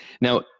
Now